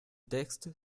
texte